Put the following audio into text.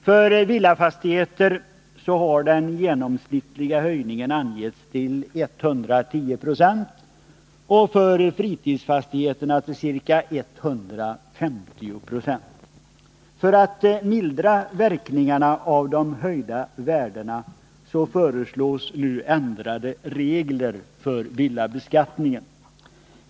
För villafastigheter har den genomsnittliga höjningen angetts till ca 110 96 och för fritidsfastigheter till ca 150 90. För att mildra verkningarna av de höjda värdena föreslås nu ändrade regler för villabeskattningen.